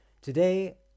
Today